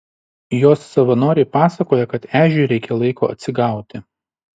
jos savanoriai pasakoja kad ežiui reikia laiko atsigauti